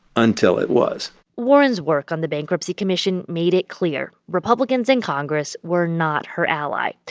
until it was warren's work on the bankruptcy commission made it clear republicans in congress were not her ally.